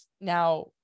now